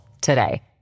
today